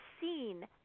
seen